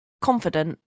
confident